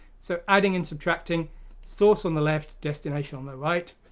so adding and subtracting source on the left, destination on the right.